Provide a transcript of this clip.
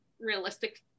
realistic